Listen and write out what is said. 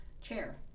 Chair